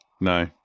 no